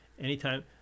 anytime